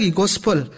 gospel